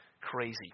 crazy